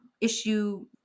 issue